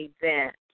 event